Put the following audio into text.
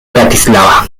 bratislava